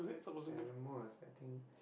paramour is I think